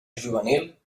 juvenil